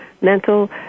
mental